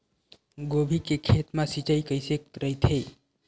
गोभी के खेत मा सिंचाई कइसे रहिथे?